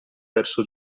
verso